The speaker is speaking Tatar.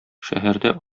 шәһәрдә